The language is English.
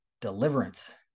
deliverance